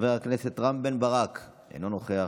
חבר הכנסת רם בן ברק, אינו נוכח,